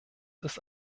ist